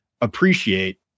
appreciate